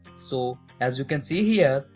so, as you can see here,